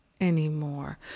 anymore